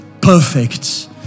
perfect